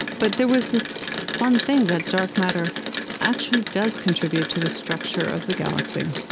but there was this fun thing, that dark matter actually does contribute to the structure of the galaxy,